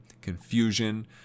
confusion